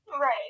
Right